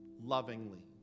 lovingly